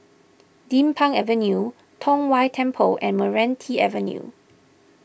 Din Pang Avenue Tong Whye Temple and Meranti Avenue